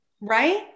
Right